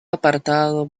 apartado